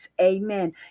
amen